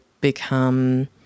become